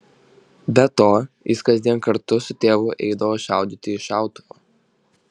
be to jis kasdien kartu su tėvu eidavo šaudyti iš šautuvo